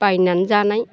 बायनानै जानाय